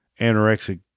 anorexic